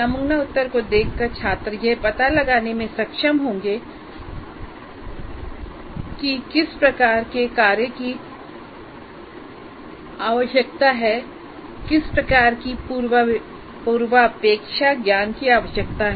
नमूना उत्तर को देखकर छात्र यह पता लगाने में सक्षम होंगे कि किस प्रकार के कार्य की आवश्यकता है किस प्रकार की पूर्वापेक्षा ज्ञान की आवश्यकता है